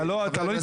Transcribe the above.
אתה לא ניצחת,